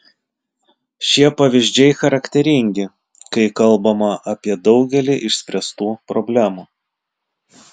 šie pavyzdžiai charakteringi kai kalbama apie daugelį išspręstų problemų